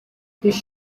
this